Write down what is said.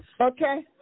Okay